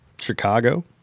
Chicago